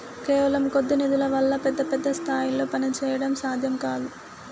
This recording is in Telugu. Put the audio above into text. కేవలం కొద్ది నిధుల వల్ల పెద్ద పెద్ద స్థాయిల్లో పనిచేయడం సాధ్యం కాదు